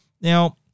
Now